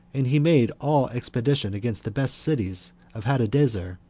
and he made all expedition against the best cities of hadadezer,